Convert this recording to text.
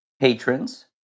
patrons